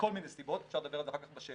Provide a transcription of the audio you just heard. מכל מיני סיבות, אפשר לדבר על זה אחר כך בשאלות,